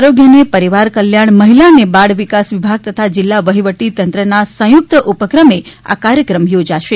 આરોગ્ય અને પરિવાર કલ્યાણ મહિલા અને બાળ વિકાસ વિભાગ તથા જિલ્લા વહીવટી તંત્રના સંયુક્ત ઉપક્રમે આ કાર્યક્રમ યોજાશે